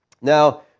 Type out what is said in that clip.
Now